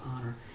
honor